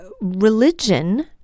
religion